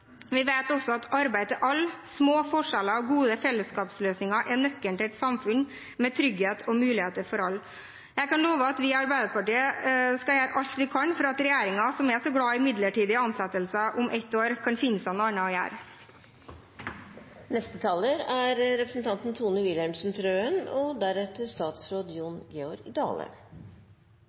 Vi vet også at arbeid til alle, små forskjeller og gode fellesskapsløsninger er nøkkelen til et samfunn med trygghet og muligheter for alle. Jeg kan love at vi i Arbeiderpartiet skal gjøre alt vi kan for at regjeringen, som er så glad i midlertidige ansettelser, om ett år kan finne seg noe annet å gjøre. Helt overlegent alt annet er